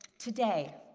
today,